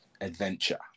adventure